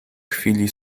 chwili